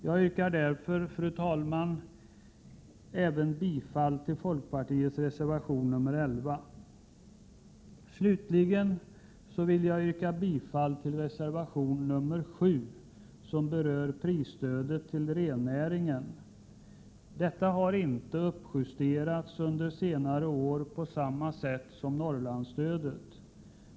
Jag yrkar därför, fru talman, bifall även till folkpartiets reservation nr 11. Slutligen vill jag yrka bifall till reservation nr 7, som berör prisstödet till rennäringen. Det har inte uppjusterats under senare år på samma sätt som Norrlandsstödet.